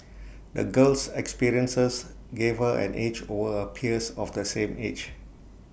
the girl's experiences gave her an edge over her peers of the same age